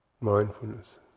Mindfulness